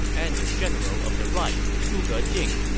and the general of the right zhuge jing.